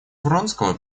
вронского